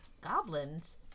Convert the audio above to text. goblins